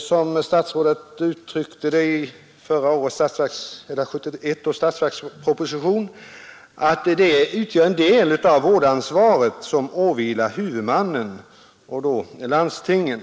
som statsrådet uttryckte det i 1971 års statsverksproposition, utgör en del av vårdansvaret som åvilar huvudmannen, dvs. landstingen.